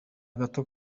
gato